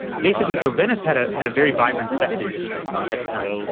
basically, so venice had ah had a very vibrant sex industry at the time.